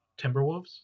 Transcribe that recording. Timberwolves